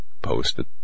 Posted